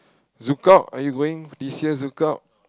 ZoukOut are you going this year ZoukOut